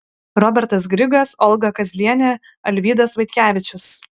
robertas grigas olga kazlienė alvydas vaitkevičius